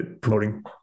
promoting